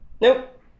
Nope